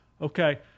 Okay